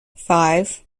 five